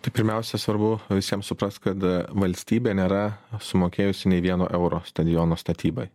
tai pirmiausia svarbu visiem suprast kad valstybė nėra sumokėjusi nei vieno euro stadiono statybai